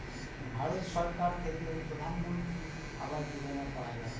ভারত সরকার থেকে প্রধানমন্ত্রী আবাস যোজনা পাওয়া যায়